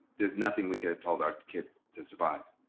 there's nothing we could've told our kids to survive,